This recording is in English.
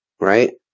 right